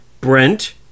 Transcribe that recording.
Brent